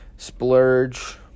Splurge